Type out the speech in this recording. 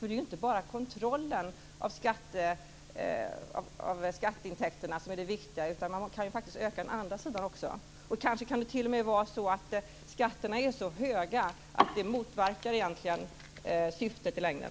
Det är ju inte bara kontrollen som är det viktiga. Man kan faktiskt öka den andra sidan också. Det kan kanske t.o.m. vara så att skatterna är så höga att de motverkar syftet i längden.